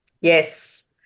Yes